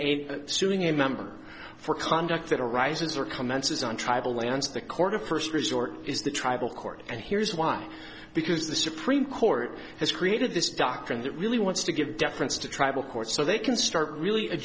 a suing a member for conduct that arises or commences on tribal lands the court of first resort is the tribal court and here's why because the supreme court has created this doctrine that really wants to give deference to tribal courts so they can start really